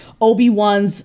Obi-Wans